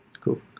cool